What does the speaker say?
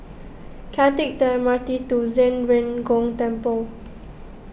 can I take the M R T to Zhen Ren Gong Temple